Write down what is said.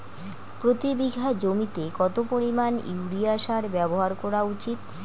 প্রতি বিঘা জমিতে কত পরিমাণ ইউরিয়া সার ব্যবহার করা উচিৎ?